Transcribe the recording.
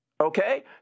okay